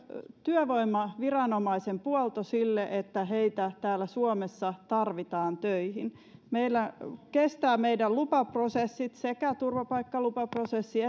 työvoimaviranomaisen puolto sille että heitä täällä suomessa tarvitaan töihin meillä kestävät meidän lupaprosessit sekä turvapaikkalupaprosessi